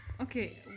okay